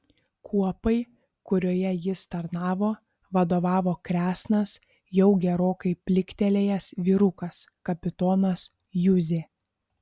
kuopai kurioje jis tarnavo vadovavo kresnas jau gerokai pliktelėjęs vyrukas kapitonas juzė